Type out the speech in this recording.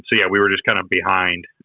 so yeah, we were just kinda behind.